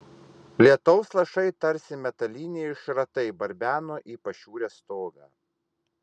lietaus lašai tarsi metaliniai šratai barbeno į pašiūrės stogą